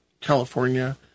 California